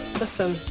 listen